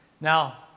Now